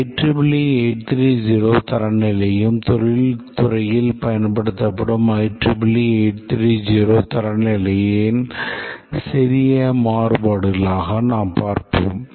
IEEE 830 தரநிலையையும் தொழில்துறையில் பயன்படுத்தப்படும் IEEE 830 தரநிலையின் சிறிய மாறுபாடுகளாக பார்ப்போம்